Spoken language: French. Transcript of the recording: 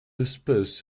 espèce